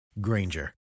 Granger